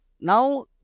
Now